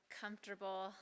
comfortable